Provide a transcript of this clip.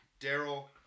Daryl